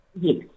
Yes